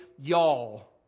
y'all